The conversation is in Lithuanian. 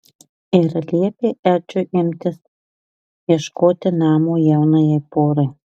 ir liepė edžiui imtis ieškoti namo jaunajai porai